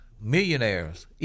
Millionaires